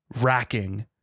racking